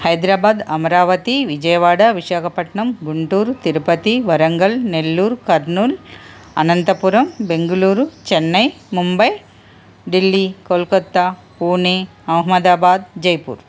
Hyderabad Amaravati Vijayawada Visakhapatnam Guntur Tirupati Warangal Nellore Kurnool Anantapur Bengaluru Chennai Mumbai Delhi Kolkata Pune Ahmedabad Jaipur